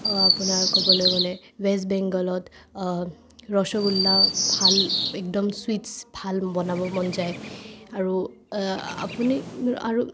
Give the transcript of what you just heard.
আপোনাৰ ক'বলৈ গ'লে ৱেষ্ট বেংগলত ৰসগোল্লা ভাল একদম চুইট্চ ভাল বনাব মন যায় আৰু আপুনি আৰু